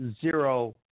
zero